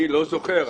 אני לא זוכר.